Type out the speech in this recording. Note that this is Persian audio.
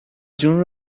جون